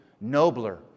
nobler